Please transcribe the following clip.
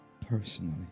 personally